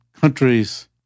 countries